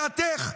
דעתך.